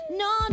no